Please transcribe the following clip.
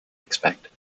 expect